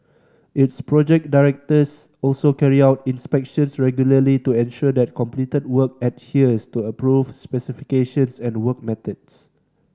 its project directors also carry out inspections regularly to ensure that completed work adheres to approved specifications and work methods